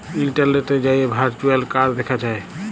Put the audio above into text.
ইলটারলেটে যাঁয়ে virtual card দ্যাখা যায়